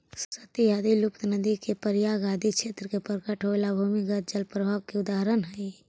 सरस्वती आदि लुप्त नदि के प्रयाग आदि क्षेत्र में प्रकट होएला भूमिगत जल प्रवाह के उदाहरण हई